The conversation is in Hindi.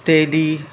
तेली